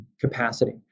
capacity